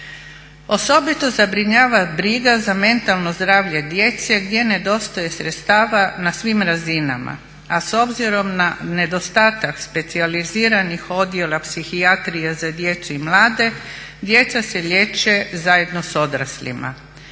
Osobito zabrinjava briga za mentalno zdravlje djece gdje nedostaje sredstava na svim razinama, a s obzirom na nedostatak specijaliziranih odjela psihijatrije za djecu i mlade djeca se liječe zajedno sa odraslima.